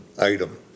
item